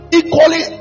equally